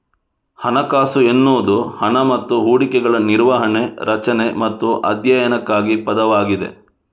ಹಣಕಾಸು ಎನ್ನುವುದು ಹಣ ಮತ್ತು ಹೂಡಿಕೆಗಳ ನಿರ್ವಹಣೆ, ರಚನೆ ಮತ್ತು ಅಧ್ಯಯನಕ್ಕಾಗಿ ಪದವಾಗಿದೆ